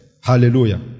Hallelujah